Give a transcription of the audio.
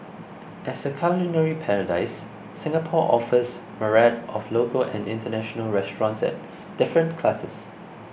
as a culinary paradise Singapore offers myriad of local and international restaurants at different classes